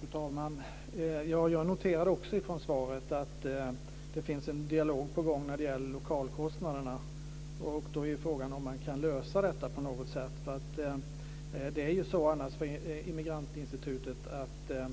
Fru talman! Jag noterade också i svaret att det finns en dialog på gång när det gäller lokalkostnaderna. Då är frågan om man kan lösa detta på något sätt.